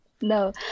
No